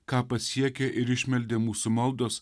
ką pasiekė ir išmeldė mūsų maldos